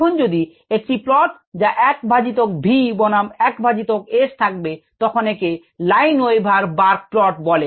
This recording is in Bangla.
এখন যদি একটি প্লট যা 1 ভাজিতক v বনাম 1 ভাজিতক S থাকবে তখনএকে Lineweaver Burke প্লট বলে